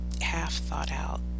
half-thought-out